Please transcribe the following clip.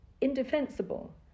indefensible